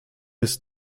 ist